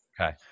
okay